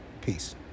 Peace